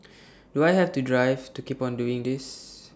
do I have the drive to keep on doing this